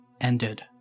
ended